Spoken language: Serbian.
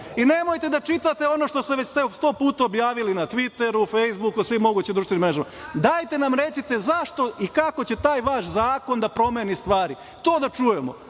i nemojte da čitate ono što ste već sto puta objavili na Tviteru, Fejsbuku, svim mogućim društvenim mrežama. Dajte nam recite zašto i kako će taj vaš zakon da promeni stvari. To da čujemo,